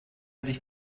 sich